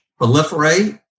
proliferate